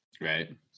Right